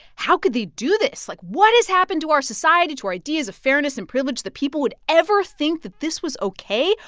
how could they do this? like, what has happened to our society, to our ideas of fairness and privilege, that people would ever think that this was ok?